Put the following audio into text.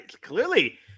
clearly